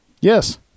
Yes